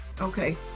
okay